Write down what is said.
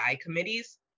committees